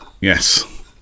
yes